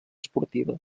esportiva